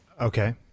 Okay